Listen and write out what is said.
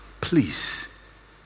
Please